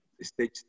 stage